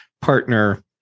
partner